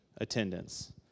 attendance